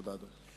תודה רבה, אדוני.